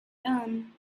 gun